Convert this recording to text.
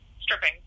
stripping